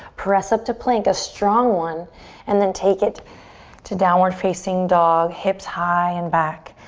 press up to plank, a strong one and then take it to downward facing dog, hips high and back.